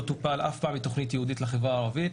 טופל אף פעם עם תוכנית ייעודית לחברה הערבית.